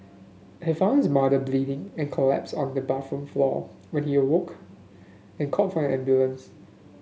he found his mother bleeding and collapsed on the bathroom floor when he awoke and called for an ambulance